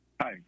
Hi